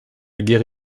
guerre